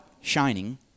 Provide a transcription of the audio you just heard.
shining